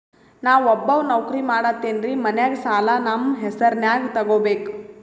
ನಾ ಒಬ್ಬವ ನೌಕ್ರಿ ಮಾಡತೆನ್ರಿ ಮನ್ಯಗ ಸಾಲಾ ನಮ್ ಹೆಸ್ರನ್ಯಾಗ ತೊಗೊಬೇಕ?